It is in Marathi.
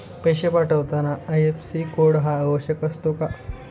पैसे पाठवताना आय.एफ.एस.सी कोड का आवश्यक असतो?